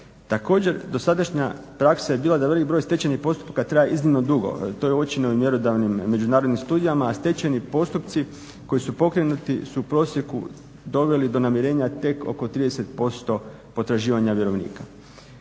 Također, dosadašnja praksa je bila da velik broj stečajnih postupaka traje iznimno dugo. To je uočeno u mjerodavnim međunarodnim studijama, a stečajni postupci koji su pokrenuti su u prosjeku doveli do namirenja tek oko 30% potraživanja vjerovnika.